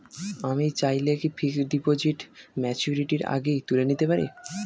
আমি চাইলে কি ফিক্সড ডিপোজিট ম্যাচুরিটির আগেই তুলে নিতে পারি?